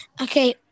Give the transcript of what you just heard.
okay